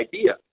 idea